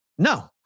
No